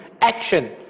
action